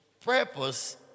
purpose